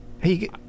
Hey